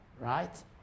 right